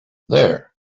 there